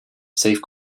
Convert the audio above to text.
safe